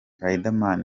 riderman